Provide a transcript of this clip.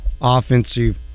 offensive